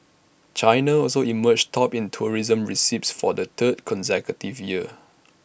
China also emerged top in tourism receipts for the third consecutive year